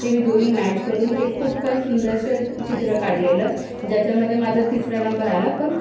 ते मी दोन्ही मॅच करून एक खूप काही सुंदरसं चित्र काढलेलं ज्याच्यामध्ये माझा तिसरा नंबर आला पण